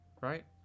right